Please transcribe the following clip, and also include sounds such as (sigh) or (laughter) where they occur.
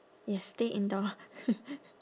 ya stay indoor (noise)